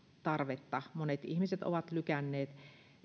monet ihmiset ovat lykänneet